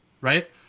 right